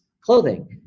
clothing